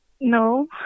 No